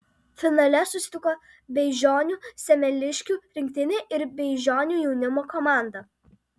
finale susitiko beižionių semeliškių rinktinė ir beižionių jaunimo komanda